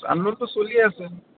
আন্দোলনটো চলিয়ে আছে